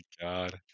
god